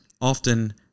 often